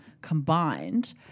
combined